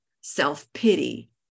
self-pity